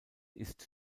ist